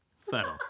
subtle